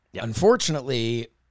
Unfortunately